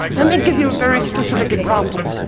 let me give you a very specific example.